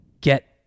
get